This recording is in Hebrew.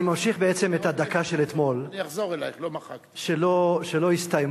אני ממשיך בעצם את הדקה של אתמול, שלא הסתיימה.